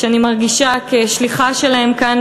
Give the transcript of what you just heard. שאני מרגישה כשליחה שלהם כאן,